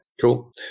cool